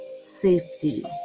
safety